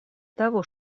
того